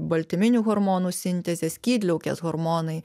baltyminių hormonų sintezės skydliaukės hormonai